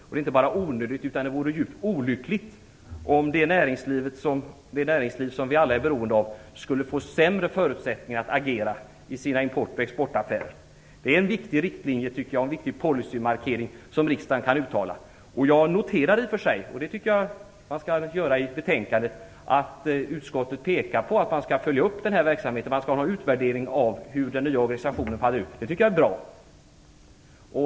Det är inte bara onödigt, utan det vore djupt olyckligt om det näringsliv som vi alla är beroende av skulle få sämre förutsättningar att agera i sina import och exportaffärer. Det är en viktig riktlinje tycker jag och en viktig policymarkering som riksdagen kan uttala. Jag noterade i och för sig när jag läste betänkandet, och det tycker jag att man skall göra, att utskottet pekar på att man skall följa upp den här verksamheten, att man skall göra en utvärdering av hur den nya organisationen faller ut. Det tycker jag är bra.